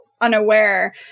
unaware